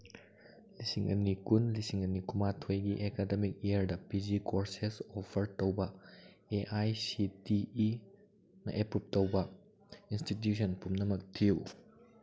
ꯂꯤꯁꯤꯡ ꯑꯅꯤ ꯀꯨꯟ ꯂꯤꯁꯤꯡ ꯑꯅꯤ ꯀꯨꯟꯃꯥꯊꯣꯏꯒꯤ ꯑꯦꯀꯥꯗꯃꯤꯛ ꯏꯌꯔꯗ ꯄꯤ ꯖꯤ ꯀꯣꯔꯁꯦꯁ ꯑꯣꯐꯔ ꯇꯧꯕ ꯑꯦ ꯑꯥꯏ ꯁꯤ ꯇꯤ ꯏꯅ ꯑꯦꯄ꯭ꯔꯨꯞ ꯇꯧꯕ ꯏꯟꯁꯇꯤꯇ꯭ꯌꯨꯁꯟ ꯄꯨꯝꯅꯃꯛ ꯊꯤꯌꯨ